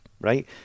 right